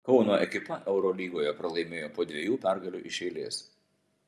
kauno ekipa eurolygoje pralaimėjo po dviejų pergalių iš eilės